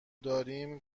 داریم